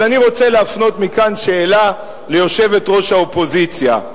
אז אני רוצה להפנות מכאן שאלה ליושבת-ראש האופוזיציה.